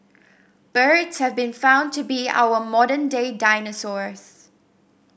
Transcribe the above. birds have been found to be our modern day dinosaurs